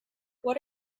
what